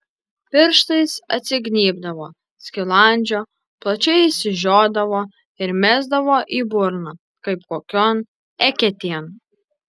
pirštais atsignybdavo skilandžio plačiai išsižiodavo ir mesdavo į burną kaip kokion eketėn